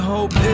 Hope